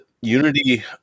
Unity